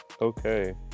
okay